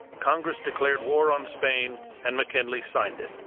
congress declared war on spain and mckinley signed it.